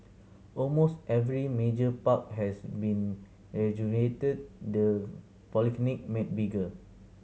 almost every major park has been rejuvenated the polyclinic made bigger